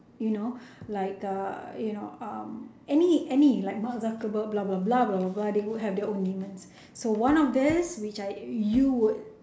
you know like uh you know um any any like mark zuckerberg blah blah blah blah blah blah they would have their own demons so one of these which I you would